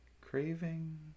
craving